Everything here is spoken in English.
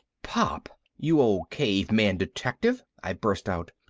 pop, you old caveman detective! i burst out.